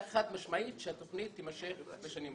חד משמעית שהתוכנית תימשך בשנים הבאות.